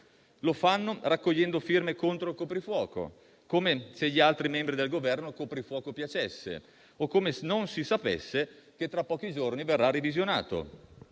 Lo fanno raccogliendo firme contro il coprifuoco, come se agli altri membri del Governo il coprifuoco piacesse, o come se non si sapesse che tra pochi giorni verrà revisionato.